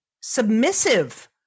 submissive